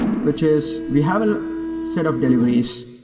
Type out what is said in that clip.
which is we have a set of deliveries.